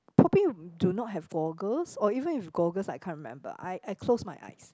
probably do not have google or even with google I can't remember I I close my eyes